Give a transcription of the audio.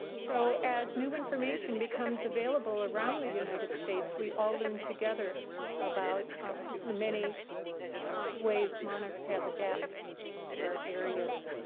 so as new information becomes available around the united states, we all learn together about the many ways monarchs have adapted to our areas.